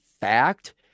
fact